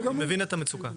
אני מבין את המצוקה.